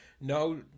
no